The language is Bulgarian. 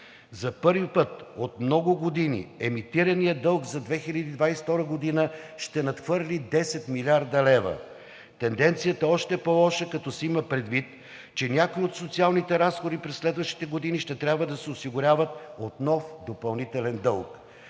За първи път от много години емитираният дълг за 2022 г. ще надхвърли 10 млрд. лв. Тенденцията е още по-лоша, като се има предвид че някои от социалните разговори през следващите години ще трябва да се осигуряват от нов допълнителен дълг.